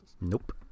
Nope